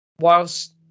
whilst